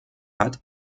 hat